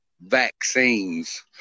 vaccines